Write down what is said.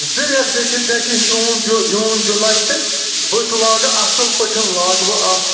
زٕ رٮ۪تھ گٔژھِتھ گَژھِ جوٗن جوٗن جُلائی تہٕ بہٕ تہِ لاگہٕ اَصٕل پٲٹھٮ۪ن لاگہٕ بہٕ اَتھ